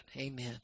Amen